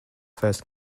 first